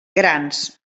grans